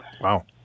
Wow